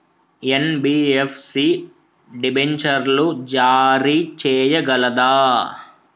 NBFC డిబెంచర్లు జారీ చేయగలదా?